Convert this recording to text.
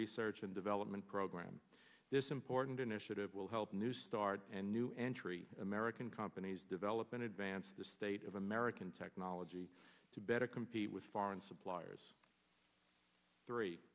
research and development program this important initiative will help new start and new entry american companies develop in advance the state of american technology to better compete with foreign suppliers three